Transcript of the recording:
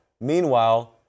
Meanwhile